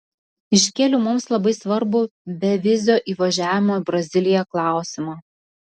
iškėliau mums labai svarbų bevizio įvažiavimo į braziliją klausimą